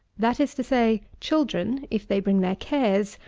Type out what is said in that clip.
that is to say, children, if they bring their cares,